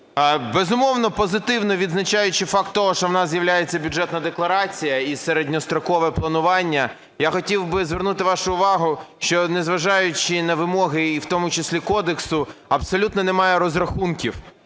Безумовно, позитивно відзначаючи факт того, що в нас з'являється Бюджетна декларація і середньострокове планування, я хотів би звернути вашу увагу, що незважаючи на вимоги, в тому числі кодексу, абсолютно немає розрахунків.